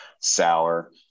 sour